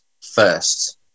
first